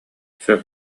сөп